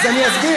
אז אני אסביר.